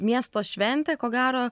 miesto šventė ko gero